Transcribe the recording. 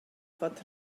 fod